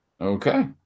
Okay